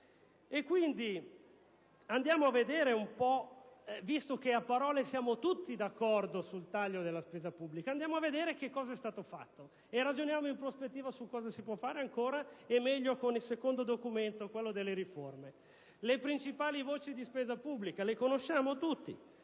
Visto che a parole siamo tutti d'accordo sul taglio della spesa pubblica, andiamo a vedere che cosa è stato fatto e ragioniamo in prospettiva su cosa si può fare ancora e in modo migliore con il secondo documento, quello delle riforme. Tutti conosciamo le principali voci di spesa pubblica, che sono pubblica